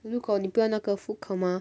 如果你不要那个 food coma